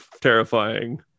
terrifying